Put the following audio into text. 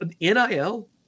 NIL